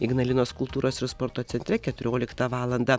ignalinos kultūros ir sporto centre keturioliktą valandą